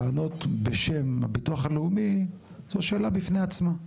לענות בשם הביטוח הלאומי היא שאלה בפני עצמה,